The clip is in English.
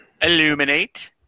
Illuminate